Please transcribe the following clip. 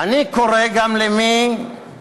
אני קורא גם למי